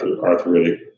arthritic